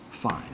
Fine